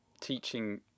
teaching